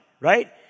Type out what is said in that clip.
right